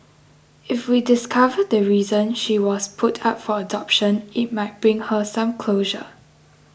if we discover the reason she was put up for adoption it might bring her some closure